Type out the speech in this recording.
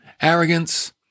arrogance